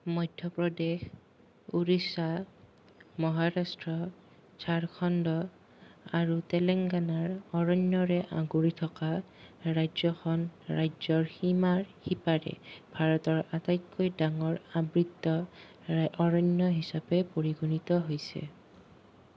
মধ্যপ্ৰদেশ উৰিষ্যা মহাৰাষ্ট্ৰ ঝাৰখণ্ড আৰু তেলেংগানাৰ অৰণ্যৰে আগুৰি থকা ৰাজ্যখন ৰাজ্যৰ সীমাৰ সিপাৰে ভাৰতৰ আটাইতকৈ ডাঙৰ আবৃত অৰণ্য হিচাপে পৰিগণিত হৈছে